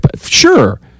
Sure